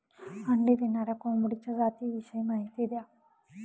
अंडी देणाऱ्या कोंबडीच्या जातिविषयी माहिती द्या